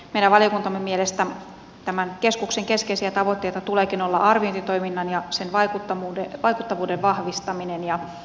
meidän valiokuntamme mielestä tämän keskuksen keskeisiä tavoitteita tuleekin olla arviointitoiminnan ja sen vaikuttavuuden vahvistaminen